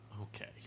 okay